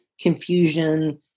confusion